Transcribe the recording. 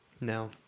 No